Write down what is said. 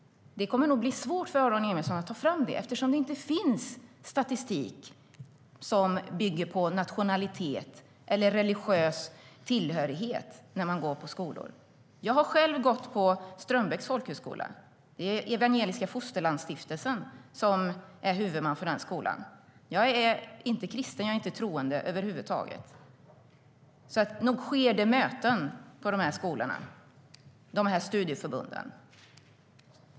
Det kommer nog att bli svårt för Aron Emilsson att ta fram det eftersom det inte finns statistik som bygger på nationalitet eller religiös tillhörighet när man går på skolor. Jag har själv gått på Strömbäcks Folkhögskola. Det är Evangeliska Fosterlands-Stiftelsen som är huvudman för den skolan. Jag är inte kristen. Jag är inte troende över huvud taget. Nog sker det möten på de här skolorna och i de här studieförbunden.